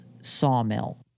sawmill